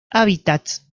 hábitats